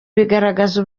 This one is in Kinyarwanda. bigaragaza